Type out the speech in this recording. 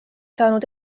saanud